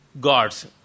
Gods